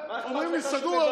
יושב-ראש הכנסת,